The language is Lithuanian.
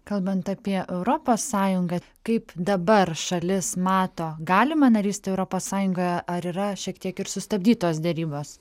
kalbant apie europos sąjungą kaip dabar šalis mato galimą narystę europos sąjungoje ar yra šiek tiek ir sustabdytos derybos